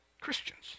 Christians